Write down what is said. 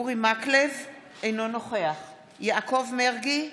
סגלוביץ' אינו נוכח יבגני סובה,